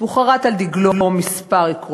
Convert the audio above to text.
הוא חרת על דגלו כמה עקרונות: